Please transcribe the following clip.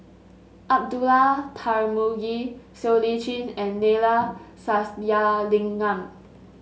Abdullah Tarmugi Siow Lee Chin and Neila Sathyalingam